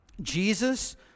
Jesus